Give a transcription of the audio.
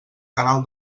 canal